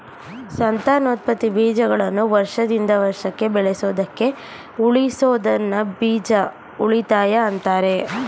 ಸಂತಾನೋತ್ಪತ್ತಿ ಬೀಜಗಳನ್ನು ವರ್ಷದಿಂದ ವರ್ಷಕ್ಕೆ ಬಳಸೋದಕ್ಕೆ ಉಳಿಸೋದನ್ನ ಬೀಜ ಉಳಿತಾಯ ಅಂತಾರೆ